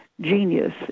genius